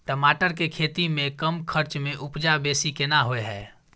टमाटर के खेती में कम खर्च में उपजा बेसी केना होय है?